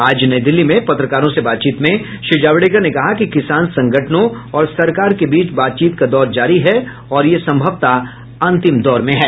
आज नई दिल्ली में पत्रकारों से बातचीत में श्री जावड़ेकर ने कहा कि किसान संगठनों और सरकार के बीच बातचीत का दौर जारी है और यह संभवत अंतिम दौर में है